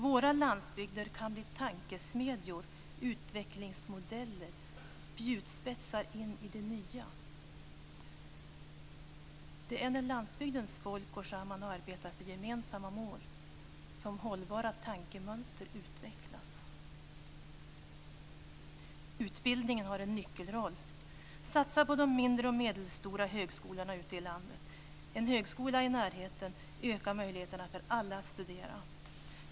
Våra landsbygder kan bli tankesmedjor, utvecklingsmodeller och spjutspetsar in i det nya. Det är när landsbygdens folk går samman och arbetar för gemensamma mål som hållbara tankemönster utvecklas. Utbildningen har en nyckelroll. Satsa på de mindre och medelstora högskolorna ute i landet! En högskola i närheten ökar möjligheterna för alla att studera.